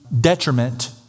detriment